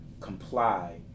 comply